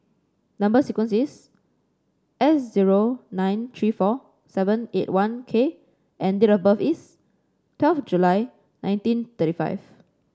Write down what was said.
number sequence is S zero nine three four seven eight one K and date of birth is twelve July nineteen thirty five